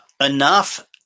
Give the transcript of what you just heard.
enough